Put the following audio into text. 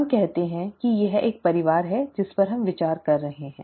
हम कहते हैं कि यह एक परिवार है जिस पर हम विचार कर रहे हैं